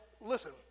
listen